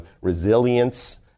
resilience